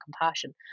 compassion